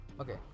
Okay